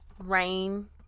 rain